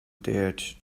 dared